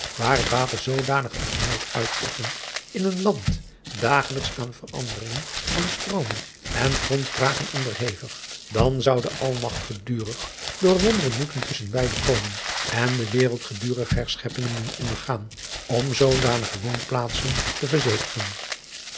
waar het water zoodanig een geweld uitoefent in een land dagelijks aan veranderingen van stroomen en grondbraken onderhevig dan zou de lmagt gedurig door wonderen moeten tusschen beide komen en de wereld gedurige herscheppingen doen ondergaan om zoodanige woonplaatsen te verzekeren